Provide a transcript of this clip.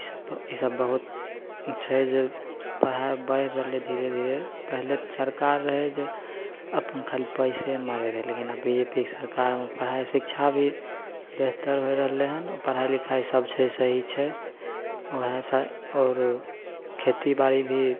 ईसब ईसब बहुत छै जे पढ़ाइ बढ़ि रहलै धीरे धीरे पहिले सरकार रहए जे अप्पन खाली पैसे मारय रहय लेकिन अब बी जे पी के सरकारमे पढ़ाइ शिक्षा भी बेहतर होइ रहलै हन पढ़ाइ लिखाइ सब छै सही छै ओएहसँ आओर खेती बारी भी